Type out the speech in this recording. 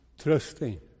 trusting